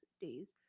days